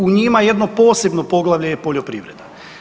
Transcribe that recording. U njima jedno posebno poglavlje je poljoprivreda.